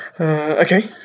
okay